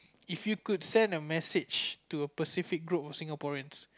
if you could send a message to a specific group of Singaporeans